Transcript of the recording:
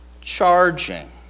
charging